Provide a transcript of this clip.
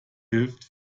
hilft